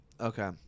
Okay